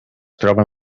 troben